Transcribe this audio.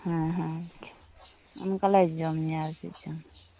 ᱦᱮᱸ ᱦᱮᱸ ᱱᱚᱝᱠᱟᱞᱮ ᱡᱚᱢ ᱧᱩᱭᱟ ᱟᱨ ᱪᱮᱫ ᱪᱚᱝ